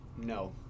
No